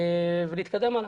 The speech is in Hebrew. ולהתקדם הלאה.